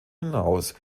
hinaus